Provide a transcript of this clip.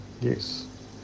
yes